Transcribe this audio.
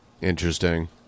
interesting